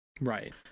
Right